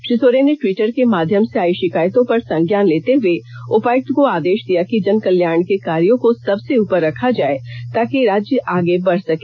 श्री सोरेन ने टिवट्र के माध्यम से आई षिकायतों पर संज्ञान लेते हुये उपायुक्त को आदेष दिया कि जनकल्याण के कार्यों को सबसे उपर रखा जाये ताकि राज्य आगे बढ़ सके